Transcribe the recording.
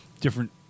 different